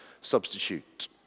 substitute